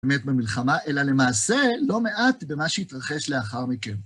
באמת במלחמה, אלא למעשה לא מעט במה שהתרחש לאחר מכן.